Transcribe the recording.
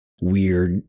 weird